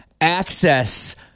access